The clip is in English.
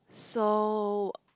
so